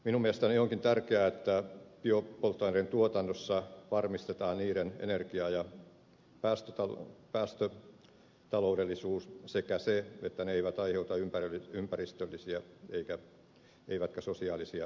minun mielestäni onkin tärkeää että biopolttoaineiden tuotannossa varmistetaan niiden energia ja päästötaloudellisuus sekä se että ne eivät aiheuta ympäristöllisiä eivätkä sosiaalisia haittoja